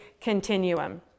continuum